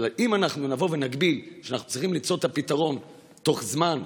אם אנחנו נגדיר שאנחנו צריכים למצוא את הפתרון בתוך זמן,